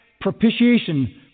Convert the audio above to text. propitiation